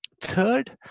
Third